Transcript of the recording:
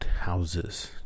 houses